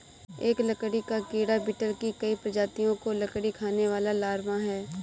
एक लकड़ी का कीड़ा बीटल की कई प्रजातियों का लकड़ी खाने वाला लार्वा है